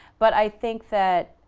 but i think that,